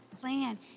plan